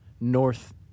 north